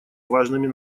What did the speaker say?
важными